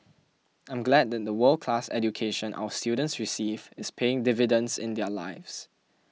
I am glad that the world class education our students receive is paying dividends in their lives